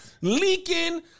leaking